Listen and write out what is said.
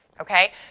okay